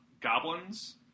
Goblins